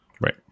Right